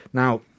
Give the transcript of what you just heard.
Now